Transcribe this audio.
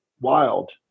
wild